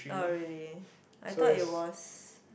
oh really I thought it was